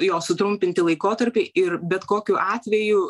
jo sutrumpinti laikotarpį ir bet kokiu atveju